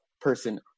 person